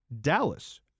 Dallas